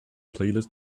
playlist